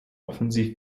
offensiv